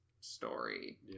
story